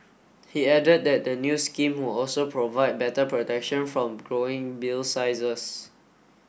he added that the new scheme will also provide better protection from growing bill sizes